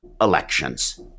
elections